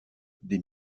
des